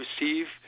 receive